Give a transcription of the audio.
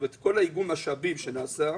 כל איגום המשאבים נעשה,